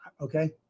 Okay